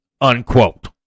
Unquote